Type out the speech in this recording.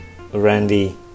Randy